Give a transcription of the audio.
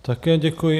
Také děkuji.